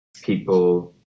people